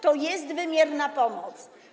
To jest wymierna pomoc.